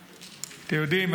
אתם יודעים,